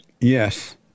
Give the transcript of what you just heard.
Yes